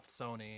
Sony